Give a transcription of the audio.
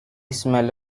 smell